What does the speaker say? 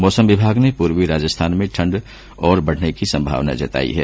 मौसम विभाग ने पूर्वी राजस्थान में ठण्ड और बढने की संभावना जताई है